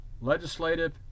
Legislative